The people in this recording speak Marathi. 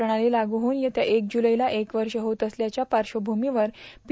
प्रणाली लागू होऊन येत्या एक जुलै ला एक वर्ष होत असल्याच्या पार्श्वभूमीवर पी